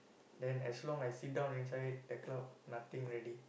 then as long I sit down inside the crowd nothing already